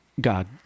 God